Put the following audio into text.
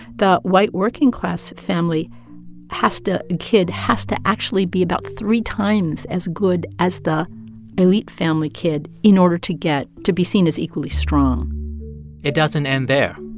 the white, working-class family has to kid has to actually be about three times as good as the elite family kid in order to get to be seen as equally strong it doesn't end there.